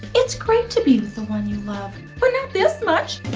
it's great to be with the one you love, but not this much.